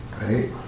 Right